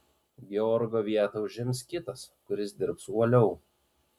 georgo vietą užims kitas kuris dirbs uoliau